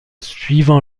suivant